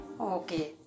okay